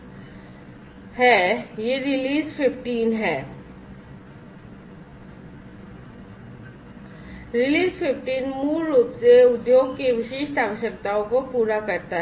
करता है यह रिलीज़ 15 है रिलीज़ 15 मूल रूप से उद्योग की विशिष्ट आवश्यकताओं को पूरा करता है